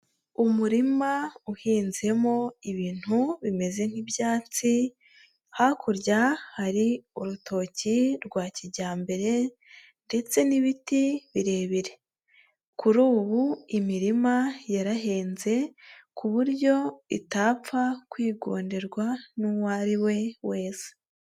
Umurima uhinzemo ibintu bimeze nk'ibyatsi, hakurya hari urutoki rwa kijyambere ndetse n'ibiti birebire, kuri ubu imirima yarahenze ku buryo itapfa kwigonderwa n'uwo ari we wese.